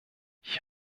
ich